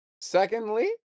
Secondly